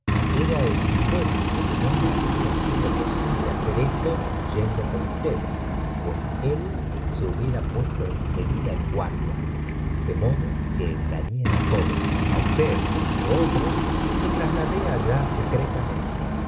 kra evidente pie no me habría sido posible hacer esto yendo con ustedes pía a él no hub iera puesto en seguida en guardia le modo que engañé á todos á usted entre otros y me trasladé allá